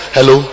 Hello